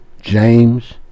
James